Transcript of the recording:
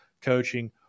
coaching